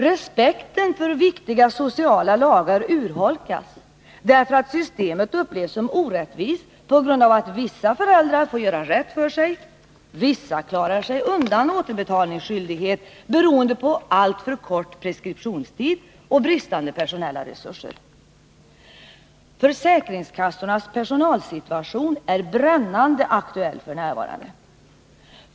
Respekten för viktiga sociala lagar urholkas, därför att systemet upplevs som orättvist på grund av att vissa föräldrar får göra rätt för sig, vissa klarar sig undan återbetalningsskyldighet beroende på alltför kort preskriptionstid och bristande personella resurser. Försäkringskassornas personalsituation är brännande aktuell f. n.